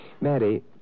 Maddie